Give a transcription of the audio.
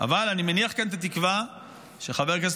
אני מניח כאן את התקווה שחבר הכנסת